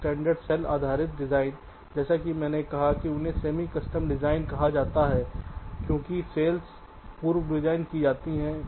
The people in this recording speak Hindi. तो स्टैंडर्ड सेल आधारित डिजाइन जैसा कि मैंने कहा कि उन्हें semi custom design Semi Custom Designकहा जाता है क्योंकि सेल्स पूर्व डिज़ाइन की जाती हैं